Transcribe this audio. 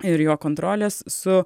ir jo kontrolės su